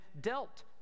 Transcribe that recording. dealt